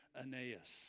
Aeneas